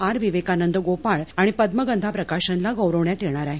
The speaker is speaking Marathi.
आर विवेकानंद गोपाळ आणि पद्यगंधा प्रकाशनाला गौरवण्यात येणार आहे